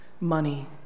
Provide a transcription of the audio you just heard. Money